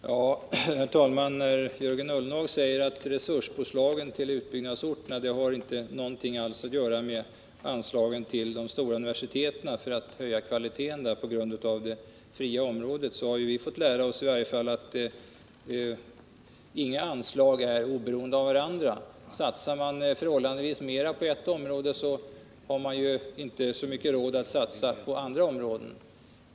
Herr talman! Jörgen Ullenhag säger att resurspåslagen till utbyggnadsorterna inte har något att göra med anslagen till de stora universiteten för att höja kvaliteten där. Men vi har ju fått lära oss att anslagen inte är oberoende av varandra. Satsar man förhållandevis mera på ett område, har man inte råd att satsa så mycket på andra områden.